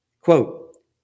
Quote